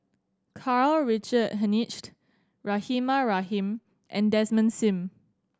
Karl Richard Hanitsch Rahimah Rahim and Desmond Sim